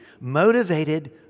motivated